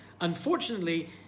unfortunately